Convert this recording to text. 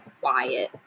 quiet